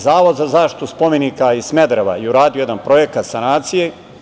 Zavod za zaštitu spomenika iz Smedereva je uradio jedan projekat sanacije.